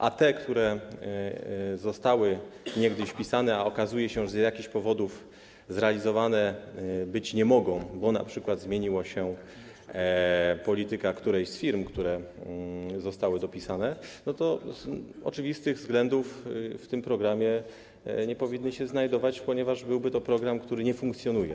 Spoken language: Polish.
A te, które zostały niegdyś wpisane, a okazuje się, że z jakichś powodów nie mogą być zrealizowane, bo np. zmieniła się polityka którejś z firm, które zostały dopisane, z oczywistych względów w tym programie nie powinny się znajdować, ponieważ byłby to program, który nie funkcjonuje.